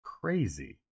crazy